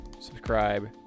subscribe